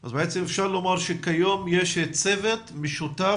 אז בעצם אפשר לומר שכיום יש צוות משותף